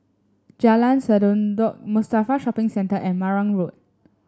Jalan Sendudok Mustafa Shopping Centre and Marang Road